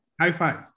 high-five